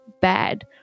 bad